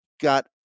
got